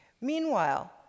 Meanwhile